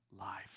life